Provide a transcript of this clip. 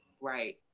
Right